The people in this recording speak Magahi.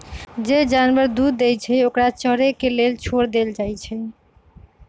जे जानवर दूध देई छई ओकरा चरे के लेल छोर देल जाई छई